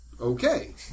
Okay